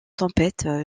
tempête